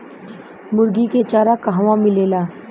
मुर्गी के चारा कहवा मिलेला?